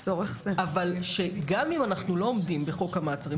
אבל גם אם אנחנו לא עומדים בחוק המעצרים,